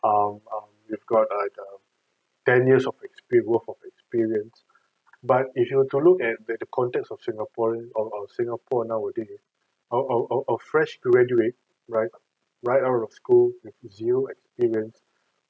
um um we've got like a ten years of experience worth of experience but if you were to look at that the context of singaporeans of our singapore nowadays a a a a fresh graduate right right out of school with zero experience